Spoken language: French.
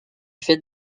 fait